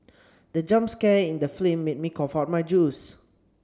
the jump scare in the film made me cough out my juice